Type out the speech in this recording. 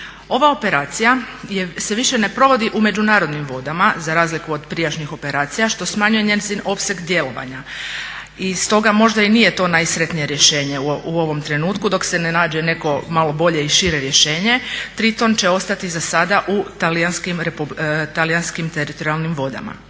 Ova operacija se više ne provodi u međunarodnim vodama za razliku od prijašnjih operacija što smanjuje njezin opseg djelovanja i stoga možda i nije to najsretnije rješenje u ovom trenutku. Dok se ne nađe neko malo bolje i šire rješenje Triton će ostati za sada u talijanskim teritorijalnim vodama.